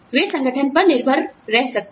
वे संगठन पर निर्भर रह सकते हैं